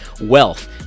Wealth